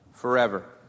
forever